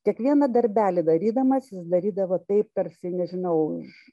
kiekvieną darbelį darydamas jis darydavo taip tarsi nežinau iš